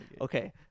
Okay